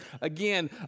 again